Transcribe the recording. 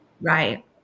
Right